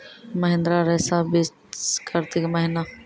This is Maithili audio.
महिंद्रा रईसा बीज कार्तिक महीना?